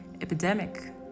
epidemic